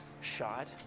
shot